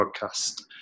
podcast